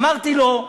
אמרתי לו: